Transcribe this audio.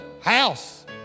house